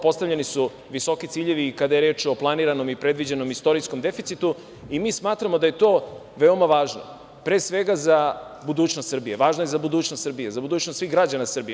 Postavljeni su visoki ciljevi kada je reč o planiranom i predviđenom istorijskom deficitu i mi smatramo da je to veoma važno, pre svega za budućnost Srbije, važno je za budućnost svih građana Srbije.